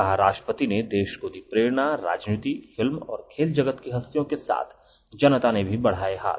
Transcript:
कहा राष्ट्रपति ने देश को दी प्रेरणा राजनीति फिल्म और खेल जगत की हस्तियों के साथ जनता ने भी बढाए हाथ